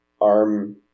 ARM